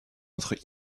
entre